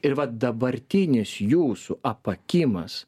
ir vat dabartinis jūsų apakimas